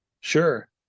sure